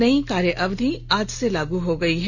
नई कार्यावधि आज से लागू हो गई है